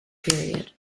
period